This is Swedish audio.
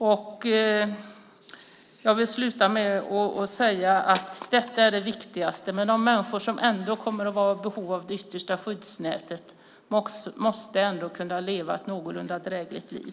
Avslutningsvis vill jag säga att detta är det viktigaste, men de människor som trots allt kommer att vara i behov av det yttersta skyddsnätet måste kunna leva ett någorlunda drägligt liv.